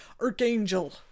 Archangel